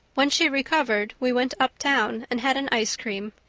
when she recovered we went uptown and had an ice cream.